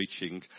reaching